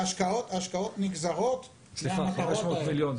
ההשקעות נגזרות מהמטרות האלה.